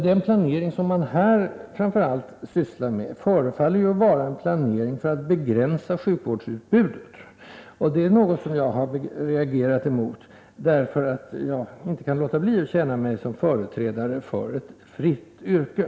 Den planering man här framför allt arbetar med förefaller vara en planering för att begränsa sjukvårdsutbudet. Detta är något som jag har reagerat emot, eftersom jag inte kan låta bli att känna mig som företrädare för ett fritt yrke.